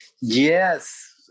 Yes